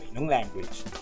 language